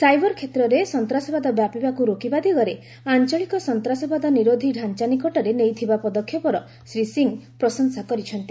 cyber କ୍ଷେତ୍ରରେ ସନ୍ତାସବାଦର ବ୍ୟାପିବାକୁ ରୋକିବା ଦିଗରେ ଅଞ୍ଚଳିକ ସନ୍ତ୍ରାସବାଦ ନିରୋଧୀ ଢ଼ାଞ୍ଚା ନିକଟରେ ନେଇଥିବା ପଦକ୍ଷେପର ଶ୍ରୀ ସିଂ ପ୍ରଶଂସା କରିଚ୍ଛନ୍ତି